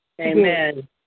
Amen